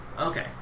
Okay